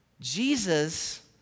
Jesus